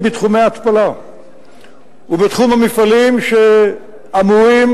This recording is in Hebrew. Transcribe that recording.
בתחומי ההתפלה ובתחום המפעלים שאמורים,